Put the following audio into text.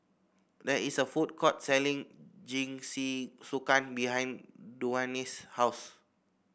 there is a food court selling Jingisukan behind Dewayne's house